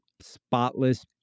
spotless